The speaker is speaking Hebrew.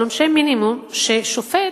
על עונשי מינימום, ששופט,